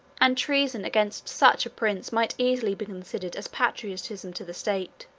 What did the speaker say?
and treason against such a prince might easily be considered as patriotism to the state.